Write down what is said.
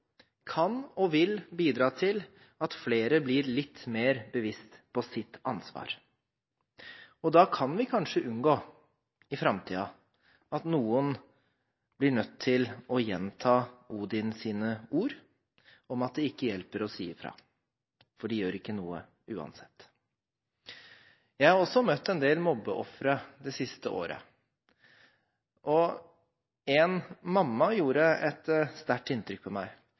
kan og vil bidra til at flere blir litt mer bevisst på sitt ansvar. Da kan vi kanskje unngå i framtiden at noen blir nødt til å gjenta Odins ord: «Det hjelper ikke å si ifra, de gjør ikke noe uansett.» Jeg har møtt en del mobbeofre det siste året. En mamma gjorde et sterkt inntrykk på meg.